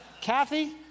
Kathy